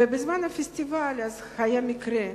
ובזמן הפסטיבל היה איזה מקרה אלים,